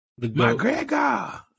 McGregor